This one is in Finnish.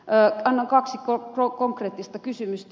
teen kaksi konkreettista kysymystä